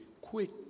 quick